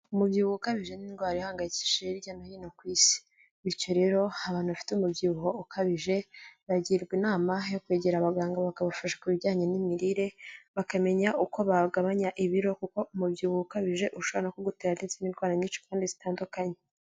Umubyibuho ukabije niindwara ihangayikishije hirya no hino ku isi bityo rero abantu bafite umubyibuho ukabije bagirwa inama yo kwegera abaganga bakabafasha ku bijyanye n'imirire bakamenya uko bagabanya ibiro kuko umubyibuho ukabije ushobora kugutera ndetse n'indwara nyinshi kandi zitandukanye.